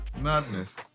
Madness